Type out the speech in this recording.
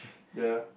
ya